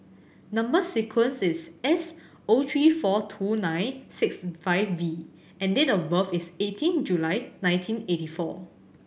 number sequence is S O three four two nine six five V and date of birth is eighteen July nineteen eighty four